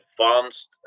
advanced